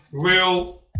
real